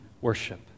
worship